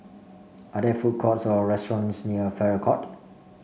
are there food courts or restaurants near Farrer Court